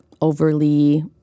overly